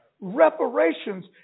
Reparations